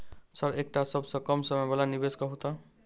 Sir एकटा सबसँ कम समय वला निवेश कहु तऽ?